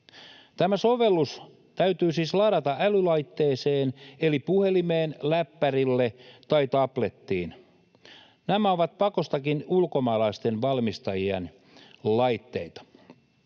Tämä sovellus täytyy siis ladata älylaitteeseen eli puhelimeen, läppärille tai tablettiin. Nämä ovat pakostakin ulkomaalaisten valmistajien laitteita.